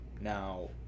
Now